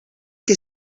que